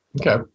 Okay